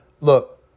Look